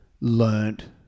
learnt